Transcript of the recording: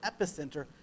epicenter